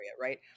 right